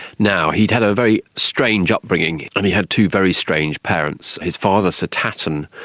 now, he'd had a very strange upbringing and he had two very strange parents. his father sir tatton,